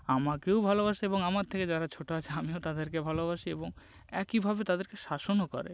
আমাকেও ভালোবাসে এবং আমার থেকে যারা ছোটো আছে আমিও তাদেরকে ভালোবাসি এবং একইভাবে তাদেরকে শাসনও করে